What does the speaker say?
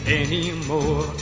anymore